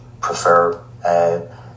prefer